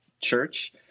Church